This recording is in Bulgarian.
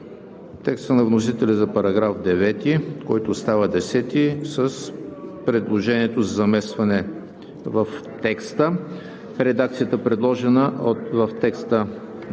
текста на вносителя за § 9, който става § 10 с предложението за заместване в текста; редакцията, предложена в текста